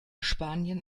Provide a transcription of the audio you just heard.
spanien